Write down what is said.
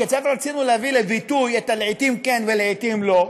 כיצד רצינו להביא לביטוי את ה"לעתים כן" ו"לעתים לא"?